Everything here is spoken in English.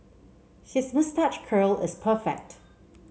his moustache curl is perfect